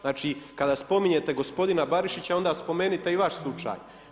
Znači, kada spominjete gospodina Barišića onda spomenite i vaš slučaj.